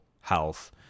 health